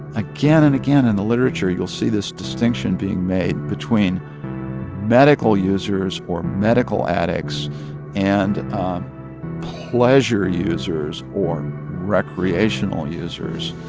again and again, in the literature, you'll see this distinction being made between medical users or medical addicts and pleasure users or recreational users,